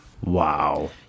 Wow